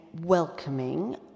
welcoming